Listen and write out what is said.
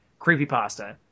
creepypasta